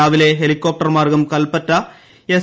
രാവിലെ ഹെലികോപ്ടർ മാർഗ്ഗം കൽപ്പറ്റ എസ്